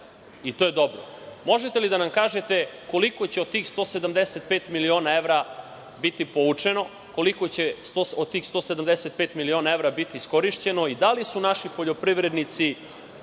i to je dobro. Možete li da nam kažete koliko će od tih 175 miliona evra biti povučeno, koliko će od 175 miliona evra biti iskorišćeno i da li su naši poljoprivrednici